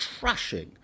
trashing